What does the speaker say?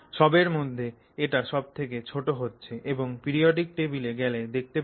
সবের মধ্যে এটা সব থেকে ছোট হচ্ছে এবং পিরিয়ডিক টেবিল এ গেলে দেখতে পাবে